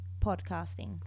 podcasting